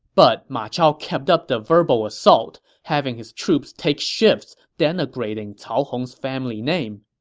but ma chao kept up the verbal assault, having his troops take shifts denigrating cao hong's family name.